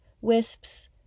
wisps